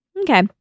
Okay